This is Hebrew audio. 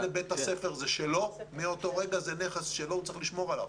שוב, נקבל את הנתונים ונהיה יותר חכמים.